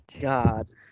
god